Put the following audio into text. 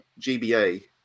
GBA